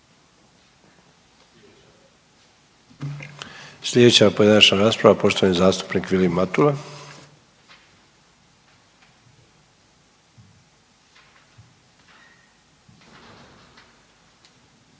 Sljedeća pojedinačna rasprava poštovani zastupnik Vilim Matula.